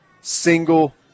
single